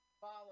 follow